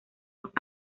los